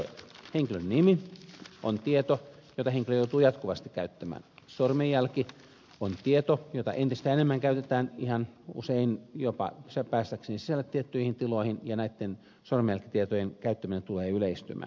henkilön nimi on tieto jota henkilö joutuu jatkuvasti käyttämään sormenjälki on tieto jota entistä enemmän käytetään usein jopa jotta päästäisiin sisälle tiettyihin tiloihin ja näitten sormenjälkitietojen käyttäminen tulee yleistymään